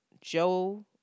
Joe